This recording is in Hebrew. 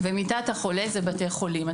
מיטת החולה זה בתי חולים.